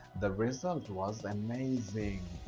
the result was and amazing.